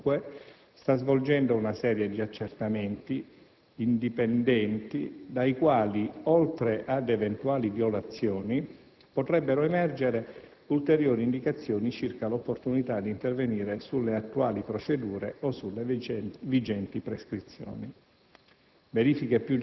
L'APAT, comunque, sta svolgendo una serie di accertamenti indipendenti dai quali, oltre ad eventuali violazioni, potrebbero emergere ulteriori indicazioni circa l'opportunità di intervenire sulle attuali procedure o sulle vigenti prescrizioni.